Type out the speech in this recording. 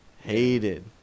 hated